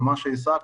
במה שהשגת.